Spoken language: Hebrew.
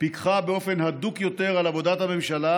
פיקחה באופן הדוק יותר על עבודת הממשלה,